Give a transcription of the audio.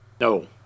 No